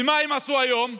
ומה הם עשו היום?